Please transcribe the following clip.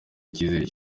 ikizere